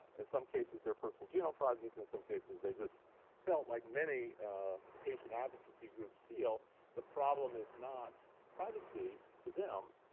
in some cases they're personal genome project, in some cases they just felt like many patient advocacy groups feel the problem is not privacy to them.